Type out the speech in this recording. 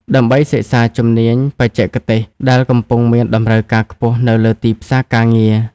ដើម្បីសិក្សាជំនាញបច្ចេកទេសដែលកំពុងមានតម្រូវការខ្ពស់នៅលើទីផ្សារការងារ។